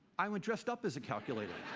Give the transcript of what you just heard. i went dressed up as a calculator.